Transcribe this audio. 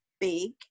big